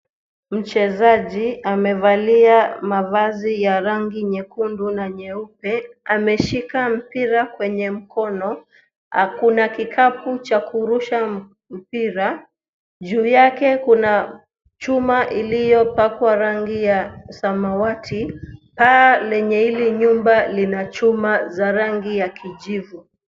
Mchezaji amevalia mavazi ya rangi nyekundu na nyeupe, ameshika mpira kwenye mkono na kuna kikapu cha kurusha mpira, juu yake kuna chuma iliyopakwa rangi ya samawati. Paa lenye hili nyumba lina chuma za rangi ya kijivu.